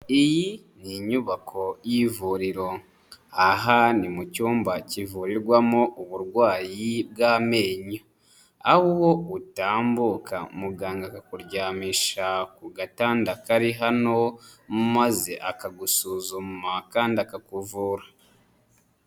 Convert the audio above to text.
Iyi ni inyubako y'ivuriro, aha ni mu cyumba kivurirwamo uburwayi bw'amenyo, aho utambuka muganga akakuryamisha ku gatanda kari hano maze akagusuzuma kandi akakuvura.